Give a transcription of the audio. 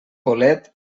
bolet